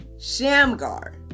Shamgar